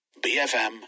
BFM